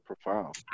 profound